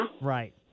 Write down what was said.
Right